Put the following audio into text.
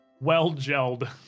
well-gelled